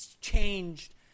changed